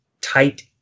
tight